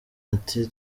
ati